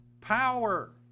power